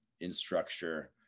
in-structure